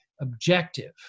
objective